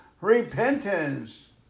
repentance